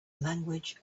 language